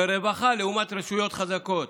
ברווחה, לעומת רשויות חזקות.